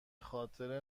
خاطر